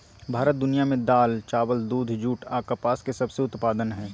भारत दुनिया में दाल, चावल, दूध, जूट आ कपास के सबसे उत्पादन हइ